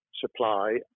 supply